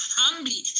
humbly